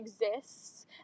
exists